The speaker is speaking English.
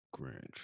Grinch